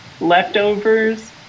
leftovers